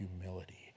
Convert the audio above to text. humility